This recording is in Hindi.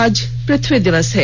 आज पृथ्वी दिवस है